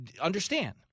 Understand